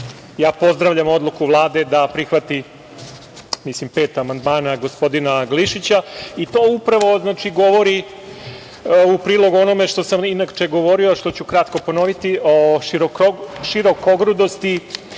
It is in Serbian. ja pozdravljam odluku Vlade da prihvati mislim pet amandmana gospodina Glišića, i to upravo govori u prilog onome sam inače govorio, što ću kratko ponoviti, o širokogrudosti